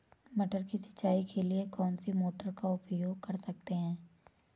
मटर की सिंचाई के लिए कौन सी मोटर का उपयोग कर सकते हैं?